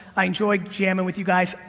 i enjoy jamming with you guys.